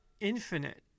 infinite